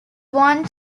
one